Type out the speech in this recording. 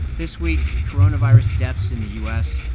this week, coronavirus deaths in the u s.